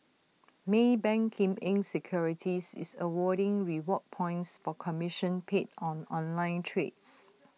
maybank Kim Eng securities is awarding reward points for commission paid on online trades